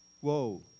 Whoa